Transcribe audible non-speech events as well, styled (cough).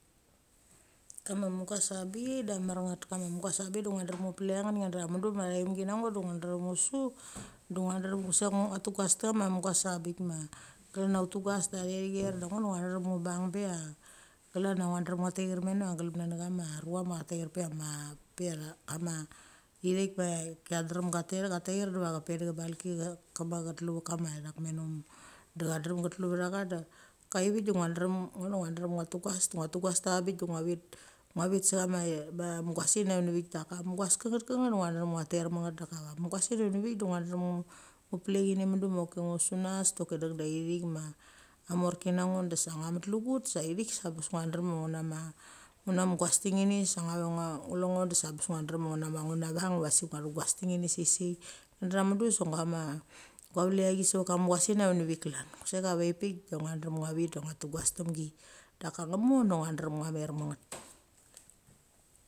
Kama mugas abik da mar nget kam a mugas abik de ngua drem ngu plek cha nget ngi dra mudu chaimgi ngo de ngu drem ngusu, de nguadrem chusek ngo ngua drem ngua tugas ta chama abik ma klan ia tugas de athe thier de ngo ngua drem ngu bang bek klan ia klan ngua drem ngua thair me no glamna ne chama rua ma cha thair pe a mak pe kama, ithaik pe kia drem katet thair diva peide cha baiki chetlu va kama ithak memo. Da cha drem ketlu vecha da ka vik da ugua drem, ngo da ngua drem tugas de tugas da vabik de vit. Ngua vit sa chama, ma mugas ina vini vik. Daka mugas keng uget keng nget de ngua drem ngua ter meng nget da mugas ina vini vik de ngua drem ngu plek thini mudu choki ngu sunas doki deng da thaik ma, amorki na ngo da sa ngua met lugut sa thaik sa abes ngua drem nguna ma mugas tenini sa nguawe ngua chule ugo sa ngua ve chulo ngo da bes ngua drem una una vang vasik ngua thugas tingni sei sei. Ngua dra mudu sok ngua ma gua velecha chi sevek kama mugas ina veni vik klan. Kusek avai pik de ngua drem ngua vit da ngua tugas temgi. Da ka ngemo ngua drem ngua mer meng nget. (noise)